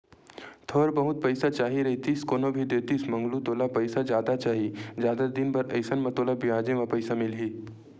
थोर बहुत पइसा चाही रहितिस कोनो भी देतिस मंगलू तोला पइसा जादा चाही, जादा दिन बर अइसन म तोला बियाजे म पइसा मिलही